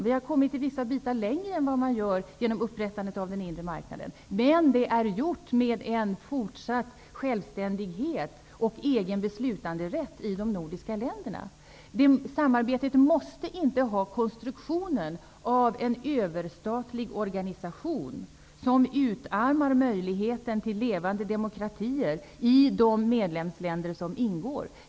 I vissa delar har vi kommit längre än man har gjort inom den gemensamma marknaden. Men vi har fortfarande självständighet och egen beslutanderätt i de nordiska länderna. Ett samarbete måste inte ha konstruktionen av en överstatlig organisation som utarmar möjligheten till levande demokratier i de medlemsländer som ingår.